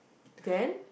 then